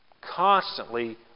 constantly